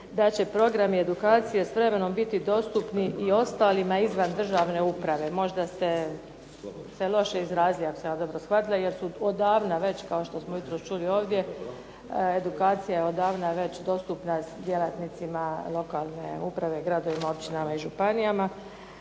da će programi edukacije s vremenom biti dostupni i ostalima izvan državne uprave. Možda ste se loše izrazili, ako sam ja dobro shvatila, jer su odavna već kao što smo jutros čuli ovdje edukacija je odavna već dostupna djelatnicima lokalne uprave gradovima, općinama i županijama.